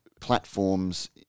platforms